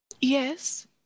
Yes